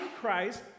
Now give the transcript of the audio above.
Christ